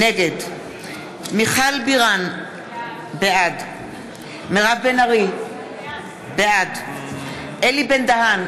נגד מיכל בירן, בעד מירב בן ארי, בעד אלי בן-דהן,